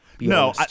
No